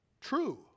true